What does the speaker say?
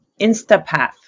InstaPath